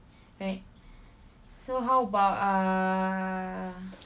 alright so how about ah